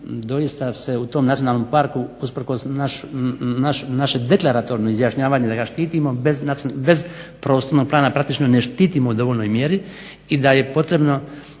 doista se u tom nacionalnom parku usprkos našem deklaratornom izjašnjavanju da ga štitimo bez prostornog plana praktično ne štitimo u dovoljnoj mjeri i da je potrebno